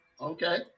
okay